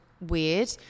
weird